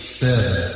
seven